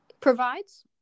Provides